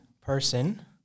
person